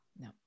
No